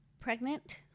pregnant